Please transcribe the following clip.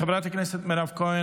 חברת הכנסת מירב כהן,